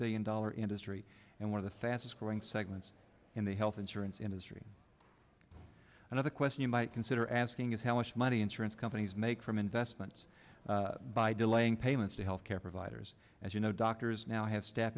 billion dollar industry and one of the fastest growing segments in the health insurance industry another question you might consider asking is how much money insurance companies make from investments by delaying payments to health care providers as you know doctors now have staff